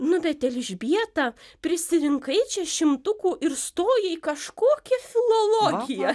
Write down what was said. nu bet elžbieta prisirinkai čia šimtukų ir stoji į kažkokį filologiją